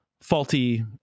faulty